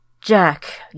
Jack